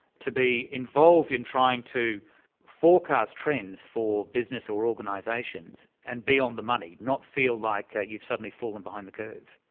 to be involved in trying to forecast trends for business or organisations and be on the money, not feel like you've suddenly fallen behind the curve.